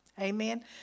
Amen